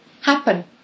happen